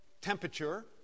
temperature